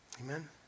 Amen